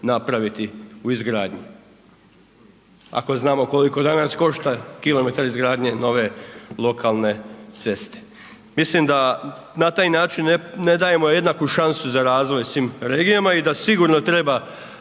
napraviti u izgradnji ako znamo koliko danas košta kilometar izgradnje nove lokalne ceste. Mislim da na taj način ne dajemo jednaku šansu za razvoj svim regijama i da sigurno treba